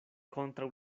kontraŭ